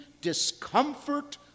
discomfort